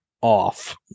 off